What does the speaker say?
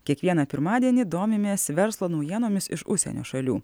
kiekvieną pirmadienį domimės verslo naujienomis iš užsienio šalių